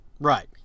Right